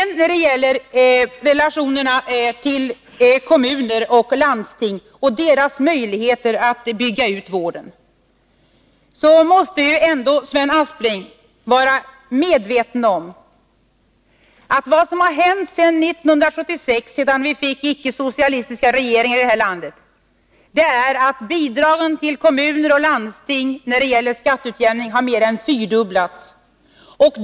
När det gäller relationerna till kommuner och landsting och deras möjligheter att bygga ut vården vill jag säga att Sven Aspling ändå måste vara medveten om att sedan 1976, då vi fick icke-socialistisk regering i det här landet, har bidragen till kommuner och landsting till skatteutjämning mer än fyrdubblats.